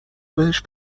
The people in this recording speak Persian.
بهش